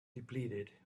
depleted